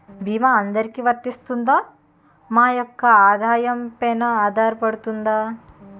భీమా అందరికీ వరిస్తుందా? మా యెక్క ఆదాయం పెన ఆధారపడుతుందా?